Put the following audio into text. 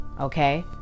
okay